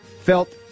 felt